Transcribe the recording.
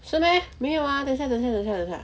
是 meh 没有 ah 等下等下等下等下